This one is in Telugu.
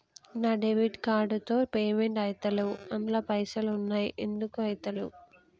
నా డెబిట్ కార్డ్ తో పేమెంట్ ఐతలేవ్ అండ్ల పైసల్ ఉన్నయి ఎందుకు ఐతలేవ్?